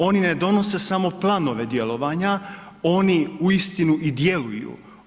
Oni ne donose samo planove djelovanja, oni uistinu i djeluju.